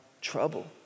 trouble